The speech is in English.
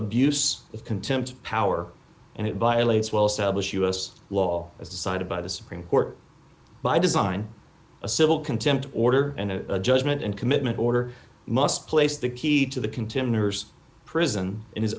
abuse of contempt power and it violates well established u s law as decided by the supreme court by design a civil contempt order and a judgment and commitment order must place the key to the contenders prison in his